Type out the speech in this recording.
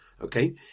Okay